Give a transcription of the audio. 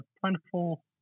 plentiful